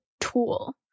tool